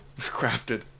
crafted